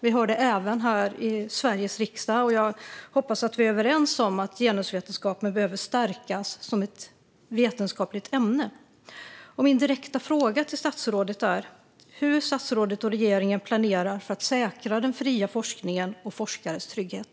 Vi hör det även här i Sveriges riksdag, och jag hoppas därför att vi är överens om att genusvetenskapen behöver stärkas som vetenskapligt ämne. Min direkta fråga till statsrådet är: Hur planerar statsrådet och regeringen för att säkra den fria forskningen och forskares trygghet?